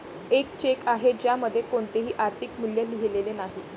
एक चेक आहे ज्यामध्ये कोणतेही आर्थिक मूल्य लिहिलेले नाही